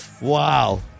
Wow